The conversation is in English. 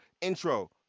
intro